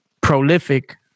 prolific